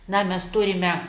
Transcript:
na mes turime